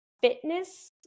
fitness